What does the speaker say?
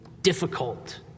Difficult